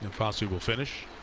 and fassi will finish.